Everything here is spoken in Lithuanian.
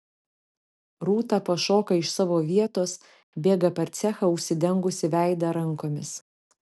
rūta pašoka iš savo vietos bėga per cechą užsidengusi veidą rankomis